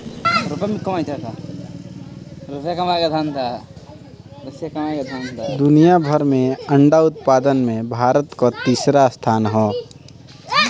दुनिया भर में अंडा उत्पादन में भारत कअ तीसरा स्थान हअ